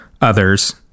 others